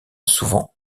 souvent